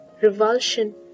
revulsion